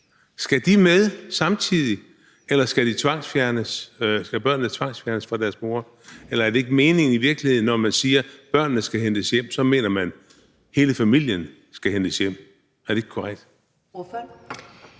Skal de med samtidig, eller skal børnene tvangsfjernes fra deres mor? Eller mener man, når man siger, at børnene skal hentes hjem, i virkeligheden ikke, at hele familien skal hentes hjem? Er det ikke korrekt?